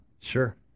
Sure